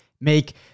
make